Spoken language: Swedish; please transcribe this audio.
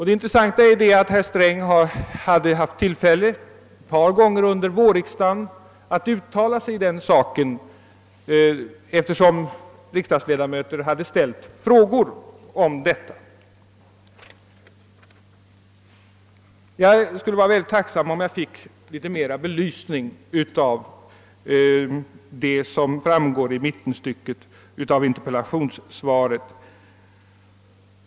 Det intressanta är att herr Sträng ett par gånger under vårriksdagen hade tillfälle att uttala sig i saken, eftersom riksdagsledamöter hade ställt frågor om den. Jag skulle vara mycket tacksam om jag finge någon ytterligare belysning av vad herr Sträng yttrade i mitten av interpellationssvaret.